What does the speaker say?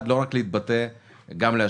לא רק להתבטא, גם להשפיע.